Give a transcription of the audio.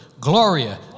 Gloria